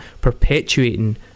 perpetuating